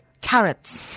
carrots